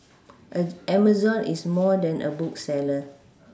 as Amazon is more than a bookseller